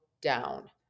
down